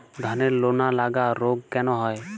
ধানের লোনা লাগা রোগ কেন হয়?